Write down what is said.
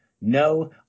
no